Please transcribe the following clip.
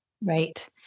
Right